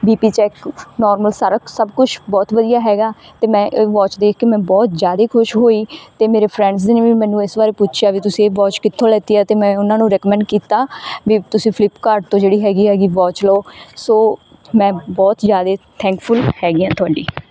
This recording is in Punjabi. ਬੀ ਪੀ ਚੈਕ ਨੋਰਮਲ ਸਾਰਾ ਸਭ ਕੁਛ ਬਹੁਤ ਵਧੀਆ ਹੈਗਾ ਅਤੇ ਮੈਂ ਇਹ ਵੋਚ ਦੇਖ ਕੇ ਮੈਂ ਬਹੁਤ ਜ਼ਿਆਦਾ ਖੁਸ਼ ਹੋਈ ਅਤੇ ਮੇਰੇ ਫਰੈਂਡਸ ਨੇ ਵੀ ਮੈਨੂੰ ਇਸ ਬਾਰੇ ਪੁੱਛਿਆ ਵੀ ਤੁਸੀਂ ਇਹ ਵੋਚ ਕਿੱਥੋਂ ਲੈਤੀ ਆ ਅਤੇ ਮੈਂ ਉਹਨਾਂ ਨੂੰ ਰੈਕਮੈਂਡ ਕੀਤਾ ਵੀ ਤੁਸੀਂ ਫਲਿਪਕਾਰਟ ਤੋਂ ਜਿਹੜੀ ਹੈਗੀ ਹੈਗੀ ਵੋਚ ਲਓ ਸੋ ਮੈਂ ਬਹੁਤ ਜ਼ਿਆਦਾ ਥੈਂਕਫੁੱਲ ਹੈਗੀ ਹਾਂ ਤੁਹਾਡੀ